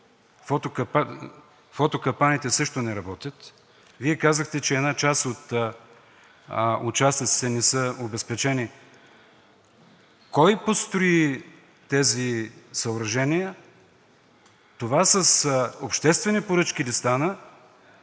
Фотокапаните също не работят.“ Вие казахте, че една част от участъците не са обезпечени. Кой построи тези съоръжения? Това с обществени поръчки ли стана?